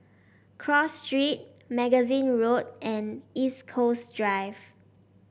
Cross Street Magazine Road and East Coast Drive